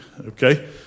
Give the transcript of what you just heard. okay